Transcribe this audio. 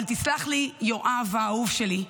אבל תסלח לי, יואב האהוב שלי,